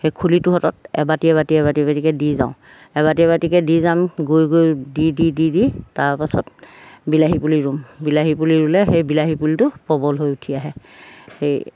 সেই খুলিটো হতত এবাটি এবাটি এবাটি এবাটিকৈ দি যাওঁ এবাটি এবাটিকৈ দি যাম গৈ গৈ দি দি দি দি তাৰপাছত বিলাহী পুলি ৰুম বিলাহী পুলি ৰুলে সেই বিলাহী পুলিটো সবল হৈ উঠি আহে সেই